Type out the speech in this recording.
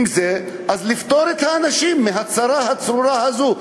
זה יפטור את האנשים מהצרה הצרורה הזאת.